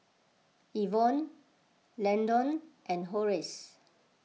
Ivonne Landon and Horace